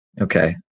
Okay